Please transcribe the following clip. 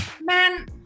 man